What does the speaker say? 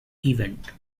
event